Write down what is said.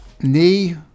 Knee